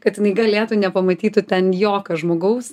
kad jinai galėtų nepamatytų ten jokio žmogaus